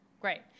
great